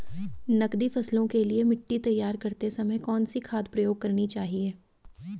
नकदी फसलों के लिए मिट्टी तैयार करते समय कौन सी खाद प्रयोग करनी चाहिए?